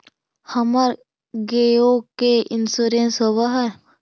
हमर गेयो के इंश्योरेंस होव है?